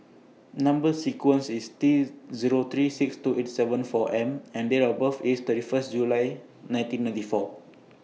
Number sequence IS T Zero three six two eight seven four M and Date of birth IS thirty First July nineteen ninety four